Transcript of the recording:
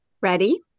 Ready